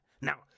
now